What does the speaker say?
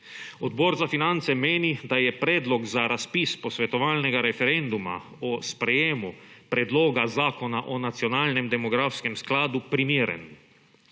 Odbor za finance meni, da je predlog za razpis posvetovalnega referenduma o sprejemu predloga zakona o nacionalnem demografskem skladu primeren.